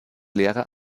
lehrer